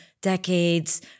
decades